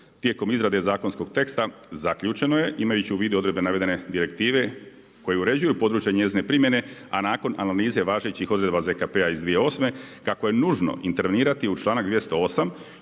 Tijekom izrade zakonskog teksta, zaključeno je imajući vidu odredbe navedene direktive koje uređuju područje njezine primjene a nakon analize važećih odredba ZKP-a iz 2008., kako je nužno intervenirati u članak 208.